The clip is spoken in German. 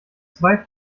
zwei